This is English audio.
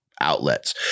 outlets